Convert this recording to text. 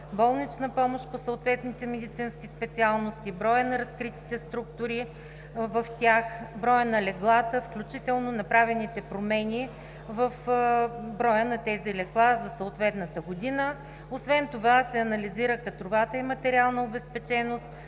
болнична помощ по съответните медицински специалности, броят на разкритите структури, броят на леглата, включително направените промени в броя на тези легла за съответната година, анализират се кадровата и материална обезпеченост,